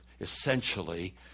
essentially